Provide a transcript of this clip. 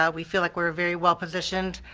ah we feel like we're very well-positioned,